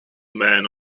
men